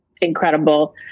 incredible